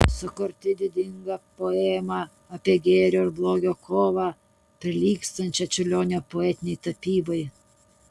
sukurti didingą poemą apie gėrio ir blogio kovą prilygstančią čiurlionio poetinei tapybai